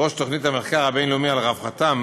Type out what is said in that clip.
ראש תוכנית המחקר הבין-לאומי על רווחתם